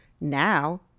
Now